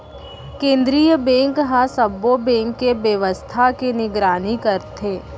केंद्रीय बेंक ह सब्बो बेंक के बेवस्था के निगरानी करथे